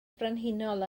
frenhinol